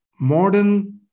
modern